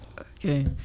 Okay